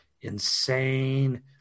insane